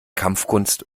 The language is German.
kampfkunst